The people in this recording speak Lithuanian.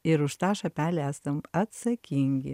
ir už tą šapelį esam atsakingi